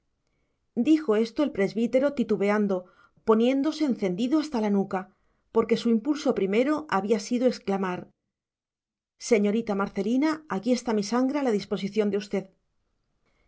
dijo esto el presbítero titubeando poniéndose encendido hasta la nuca porque su impulso primero había sido exclamar señorita marcelina aquí está mi sangre a la disposición de usted